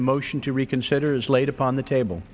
the motion to reconsider is laid upon the table